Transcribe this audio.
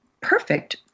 Perfect